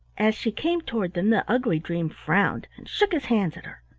as she came toward them the ugly dream frowned and shook his hands at her.